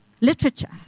literature